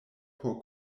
por